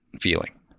feeling